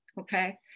Okay